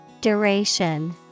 Duration